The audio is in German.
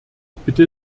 bitte